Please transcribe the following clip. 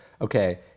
okay